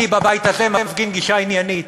אני בבית הזה מפגין גישה עניינית,